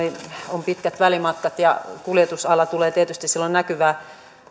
on pitkät välimatkat ja kuljetusala tulee tietysti silloin näkyvään